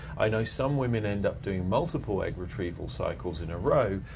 i know some women end up doing multiple egg retrieval cycles in a row,